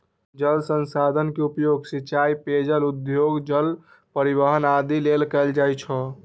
जल संसाधन के उपयोग सिंचाइ, पेयजल, उद्योग, जल परिवहन आदि लेल कैल जाइ छै